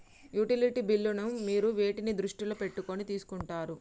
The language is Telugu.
యుటిలిటీ బిల్లులను మీరు వేటిని దృష్టిలో పెట్టుకొని తీసుకుంటారు?